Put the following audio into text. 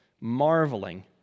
marveling